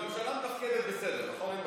אבל הממשלה מתפקדת בסדר, נכון?